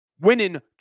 winning